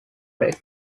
breaks